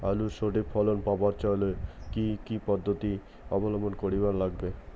আলুর সঠিক ফলন পাবার চাইলে কি কি পদ্ধতি অবলম্বন করিবার লাগবে?